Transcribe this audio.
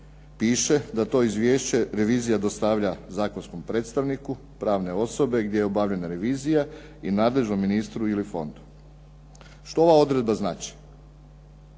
piše da to izvješće revizija dostavlja zakonskom predstavniku pravne osobe gdje je obavljena revizija i nadležnom ministru ili fondu. Što ova odredba znači?